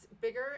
bigger